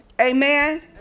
Amen